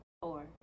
four